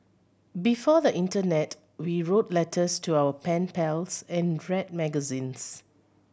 before the internet we wrote letters to our pen pals and read magazines